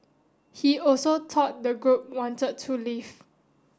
he also thought the group wanted to leave